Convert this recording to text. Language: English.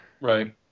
Right